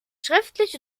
schriftlich